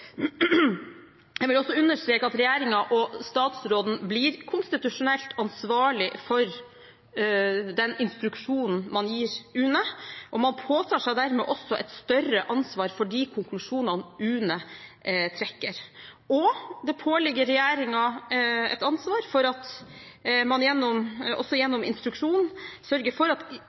Jeg vil også understreke at regjeringen og statsråden blir konstitusjonelt ansvarlig for den instruksjonen man gir UNE, og man påtar seg dermed også et større ansvar for de konklusjonene UNE trekker. Og det påligger regjeringen et ansvar for at man også gjennom instruksjon sørger for at